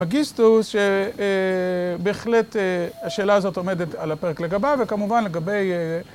הגיסטוס שבהחלט השאלה הזאת עומדת על הפרק לגביו וכמובן לגבי